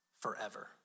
forever